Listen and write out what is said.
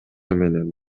менен